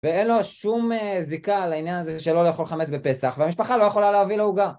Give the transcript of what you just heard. ואין לו שום זיקה על העניין הזה שלא לאכול חמץ בפסח, והמשפחה לא יכולה להביא לו עוגה.